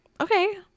okay